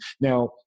Now